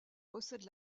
possède